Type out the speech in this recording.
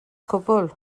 cwbl